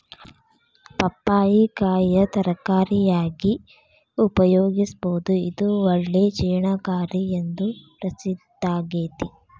ಪಪ್ಪಾಯಿ ಕಾಯಿನ ತರಕಾರಿಯಾಗಿ ಉಪಯೋಗಿಸಬೋದು, ಇದು ಒಳ್ಳೆ ಜೇರ್ಣಕಾರಿ ಎಂದು ಪ್ರಸಿದ್ದಾಗೇತಿ